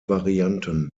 varianten